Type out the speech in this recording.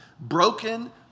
broken